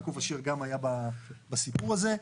יעקב אשר גם היה בסיפור הזה,